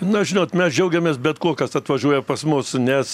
na žinot mes džiaugiamės bet kuo kas atvažiuoja pas mus nes